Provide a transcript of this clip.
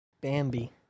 Bambi